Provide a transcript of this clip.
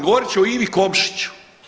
Govorit ću o Ivi Komšiću.